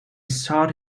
sought